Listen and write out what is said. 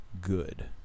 good